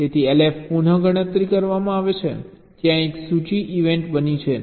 તેથી LF પુનઃગણિત કરવામાં આવે છે ત્યાં એક સૂચિ ઇવેન્ટ બની છે